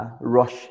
Rush